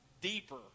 deeper